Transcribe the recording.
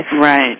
Right